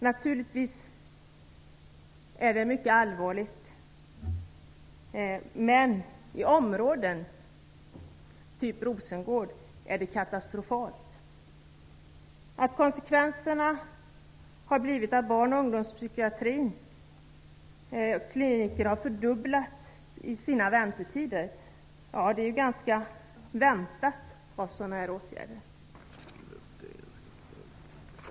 Naturligtvis är detta mycket allvarligt, men i områden av Rosengårds karaktär är det katastrofalt. Att konsekvenserna har blivit att barn och ungdomspsykiatriska kliniker har fördubblat sina väntetider är ganska väntat.